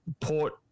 Port